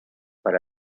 per